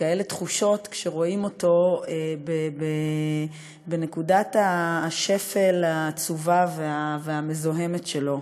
וכאלה תחושות כשרואים אותו בנקודת השפל העצובה והמזוהמת שלו.